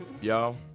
y'all